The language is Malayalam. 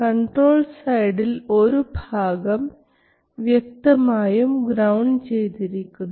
കൺട്രോൾ സൈഡിൽ ഒരു ഭാഗം വ്യക്തമായും ഗ്രൌണ്ട് ചെയ്തിരിക്കുന്നു